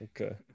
Okay